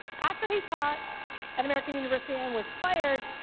after he taught at american university and was fired,